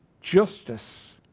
justice